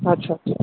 আচ্ছা আচ্ছা